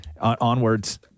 Onwards